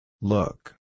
Look